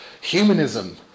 humanism